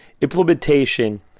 Implementation